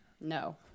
No